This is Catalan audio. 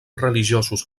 religiosos